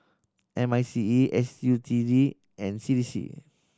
M I C E S U T D and C D C